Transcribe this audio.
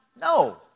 No